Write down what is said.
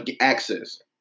Access